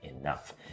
Enough